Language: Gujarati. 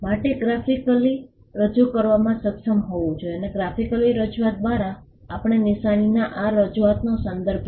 માર્ક ગ્રાફિકલી રજૂ કરવામાં સક્ષમ હોવું જોઈએ અને ગ્રાફિકલ રજૂઆત દ્વારા આપણે નિશાનીના આ રજૂઆતનો સંદર્ભ લો